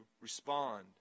respond